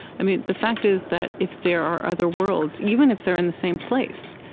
i mean the fact is that if there are other worlds, even if they're in the same place,